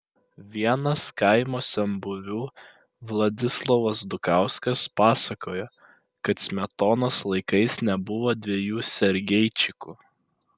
vienas kaimo senbuvių vladislovas dukauskas pasakojo kad smetonos laikais nebuvo dviejų sergeičikų